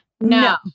No